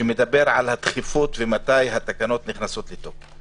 שמדבר על התכיפות ומתי התקנות נכנסות לתוקף,